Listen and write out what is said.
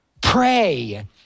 pray